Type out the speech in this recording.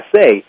say